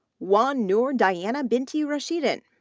wan nur diana binti rashidan,